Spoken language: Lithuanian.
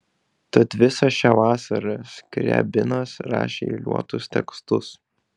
tad visą šią vasarą skriabinas rašė eiliuotus tekstus